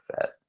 fit